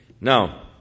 Now